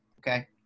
okay